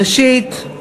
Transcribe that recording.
ראשית,